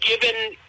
given